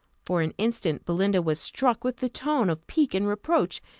for an instant belinda was struck with the tone of pique and reproach,